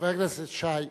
חבר הכנסת שי,